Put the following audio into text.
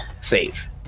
save